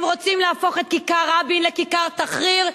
הם רוצים להפוך את כיכר רבין לכיכר תחריר,